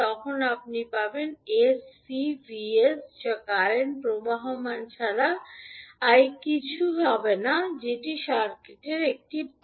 তখন আপনি পাবেন 𝑠𝐶𝑉 𝑠 যা কারেন্ট প্রবাহমান ছাড়া আর কিছুই হবে না সার্কিটেরএই পা